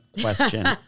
question